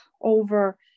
over